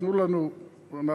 תנו לנו ואנחנו,